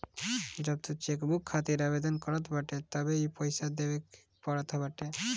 जब तू चेकबुक खातिर आवेदन करत बाटअ तबे इ पईसा देवे के पड़त बाटे